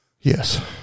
yes